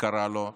יקרה לו,